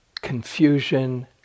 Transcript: confusion